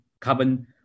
carbon